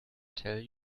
tell